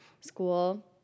school